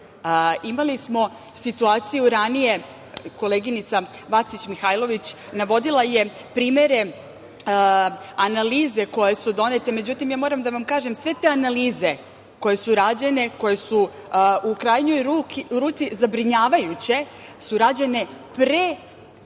svet. Imali smo situaciju ranije, koleginica Vacić Mihailović navodila je primere analize koje su donete, međutim ja moram da vam kažem sve te analiza koje su rađene, koje su, u krajnjoj ruci, zabrinjavajuće su rađene pre pandemije